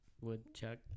woodchuck